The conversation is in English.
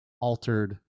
altered